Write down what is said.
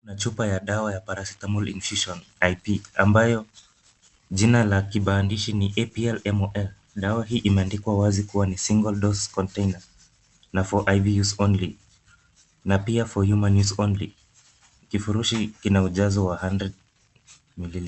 Kuna chupa ya dawa ya Paracetamol Infusion IP , ambayo jina la kibandishi ni APL-MOL . Dawa hii imeandikwa wazi kuwa ni single dose container na for IV use only na pia for human use only . Kifurushi kina ujazo wa 100ml .